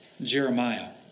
Jeremiah